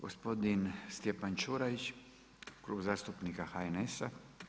Gospodin Stjepan Čuraj, Klub zastupnika HNS-a.